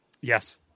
Yes